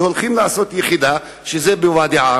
כשהולכים לעשות יחידה בוואדי-עארה,